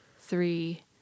three